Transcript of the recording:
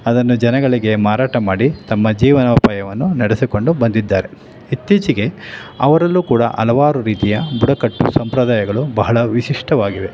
ಅದನ್ನು ಜನಗಳಿಗೆ ಮಾರಾಟ ಮಾಡಿ ತಮ್ಮ ಜೀವನೋಪಾಯವನ್ನು ನಡೆಸಿಕೊಂಡು ಬಂದಿದ್ದಾರೆ ಇತ್ತೀಚೆಗೆ ಅವರಲ್ಲೂ ಕೂಡ ಹಲವಾರು ರೀತಿಯ ಬುಡಕಟ್ಟು ಸಂಪ್ರದಾಯಗಳು ಬಹಳ ವಿಶಿಷ್ಟವಾಗಿವೆ